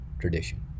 tradition